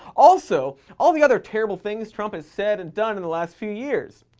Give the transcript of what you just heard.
also, all the other terrible things trump has said and done in the last few years,